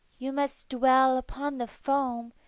you must dwell upon the foam,